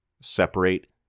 separate